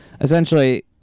essentially